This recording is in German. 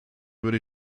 würde